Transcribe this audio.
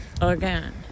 again